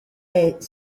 est